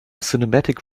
cinematic